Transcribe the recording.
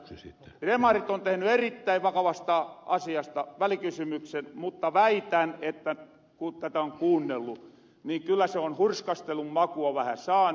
demarit on tehny erittäin vakavasta asiasta välikysymyksen mutta väitän että kun tätä on kuunnellu niin kyllä se on hurskastelun makua vähän saanu